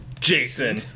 Jason